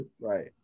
Right